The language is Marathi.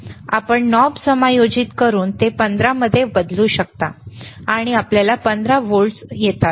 आपण नॉब समायोजित करून ते 15 मध्ये बदलू शकता आणि आपल्याला 15 व्होल्ट्स जवळ येतात